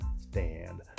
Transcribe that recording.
stand